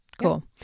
Cool